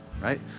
right